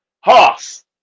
Hoss